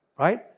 Right